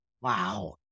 wow